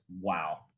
wow